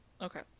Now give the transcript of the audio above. Okay